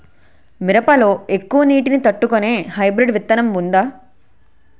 మిరప లో ఎక్కువ నీటి ని తట్టుకునే హైబ్రిడ్ విత్తనం వుందా?